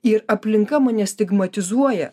ir aplinka mane stigmatizuoja